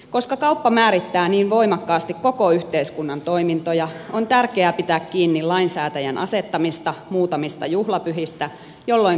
koska kauppa määrittää niin voimakkaasti koko yhteiskunnan toimintoja on tärkeää pitää kiinni lainsäätäjän asettamista muutamista juhlapyhistä jolloin kauppaa ei käydä